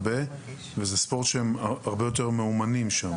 כי החלקה על הקרח אין הרבה וזה ספורט שהם הרבה יותר מאומנים שם.